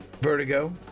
Vertigo